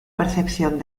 percepción